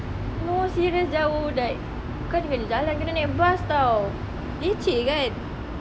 no serious jauh like bukannya boleh jalan nak kena naik bus [tau] leceh kan